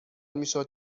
میشد